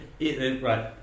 Right